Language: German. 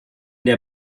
der